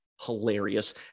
hilarious